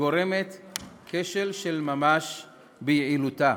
וגורם כשל של ממש ביעילותה,